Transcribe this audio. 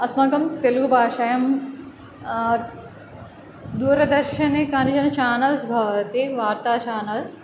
अस्माकं तेलुगुभाषायं दूरदर्शने कानिचन चानल्स् भवति ते वार्ता चानल्स्